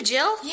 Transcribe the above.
Jill